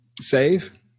save